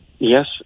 Yes